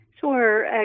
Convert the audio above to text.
Sure